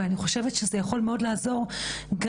אבל אני חושבת שזה יכול מאוד לעזור גם